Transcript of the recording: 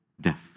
death